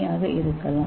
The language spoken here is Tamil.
ஏ ஆக இருக்கலாம்